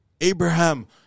Abraham